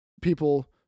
people